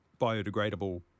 biodegradable